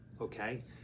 okay